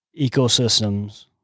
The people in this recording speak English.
ecosystems